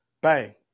bang